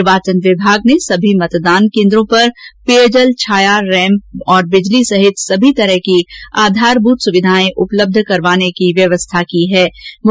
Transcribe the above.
निर्वाचन विभाग ने सभी मतदान केन्द्र पर पेयजल छाया रैम्प बिजली सहित सभी तरह की आधारभूत सुविधाएं उपलब्ध करवाने की व्यवस्था सुनिश्चित की है